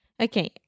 Okay